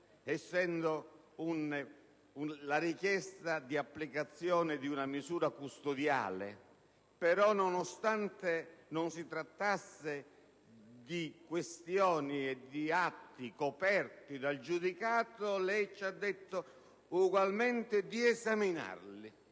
essendo la richiesta di applicazione di una misura custodiale. Nonostante, però, non si trattasse di questioni e di atti coperti dal giudicato, lei ci ha detto ugualmente di esaminarli